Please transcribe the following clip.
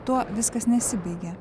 tuo viskas nesibaigė